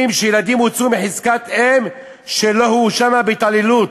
שילדים הוצאו מחזקת אם שלא הואשמה בהתעללות.